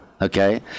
okay